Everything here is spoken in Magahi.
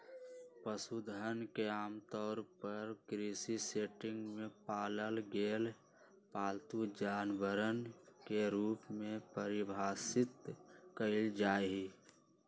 पशुधन के आमतौर पर कृषि सेटिंग में पालल गेल पालतू जानवरवन के रूप में परिभाषित कइल जाहई